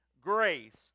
grace